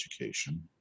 education